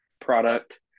product